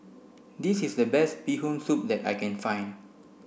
this is the best bee hoon soup that I can find